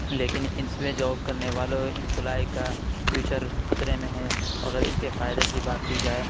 لیکن اِس میں جوب کرنے والے امپلائی کا فیوچر خطرے میں ہے اگر اِس کے فائدے کی بات کی جائے